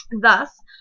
Thus